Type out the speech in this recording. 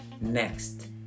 Next